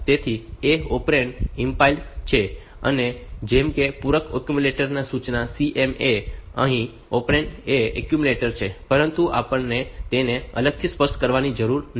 તેથી A operand implied છે જેમ કે પૂરક એક્યુમ્યુલેટર સૂચના CMA અહીં ઓપરેન્ડ એ એક્યુમ્યુલેટર છે પરંતુ આપણે તેને અલગથી સ્પષ્ટ કરવાની જરૂર નથી